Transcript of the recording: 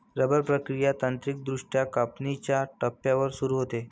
rubber प्रक्रिया तांत्रिकदृष्ट्या कापणीच्या टप्प्यावर सुरू होते